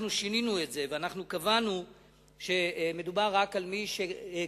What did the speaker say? שינינו את זה וקבענו שמדובר רק על מי שגר